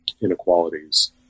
inequalities